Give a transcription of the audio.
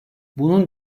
bunun